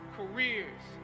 careers